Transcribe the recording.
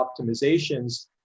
optimizations